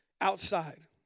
outside